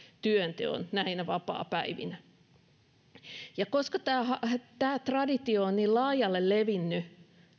työnteon näinä vapaapäivinä koska tämä traditio on niin laajalle levinnyt